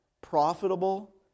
profitable